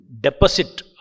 deposit